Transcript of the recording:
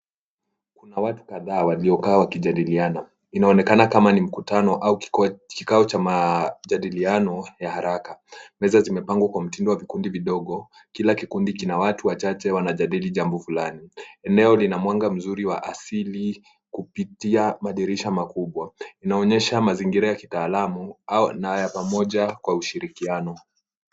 Kuna watu kadhaa waliokaa wakijadiliana. Inaonekana kama ni mkutano au kikao cha majadiliano ya haraka. Meza zimepanga kwa mtindo wa vikundi vidogo. Kila kikundi kina watu wachache wanajadili jambo fulani. Eneo lina mwanga mzuri wa asili kupitia madirisha makubwa. Inaonyesha mazingira ya kitaalamu au na ya pamoja kwa ushirikiano.